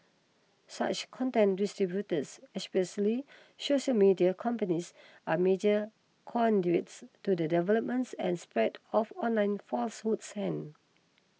such content distributors especially social media companies are major conduits to the developments and spread of online falsehoods and